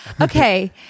Okay